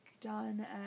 done